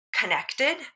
connected